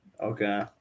Okay